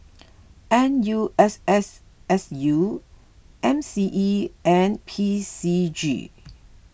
N U S S S U M C E and P C G